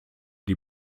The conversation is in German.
die